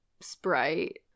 Sprite